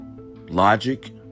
logic